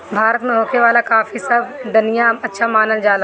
भारत में होखे वाला काफी सब दनिया से अच्छा मानल जाला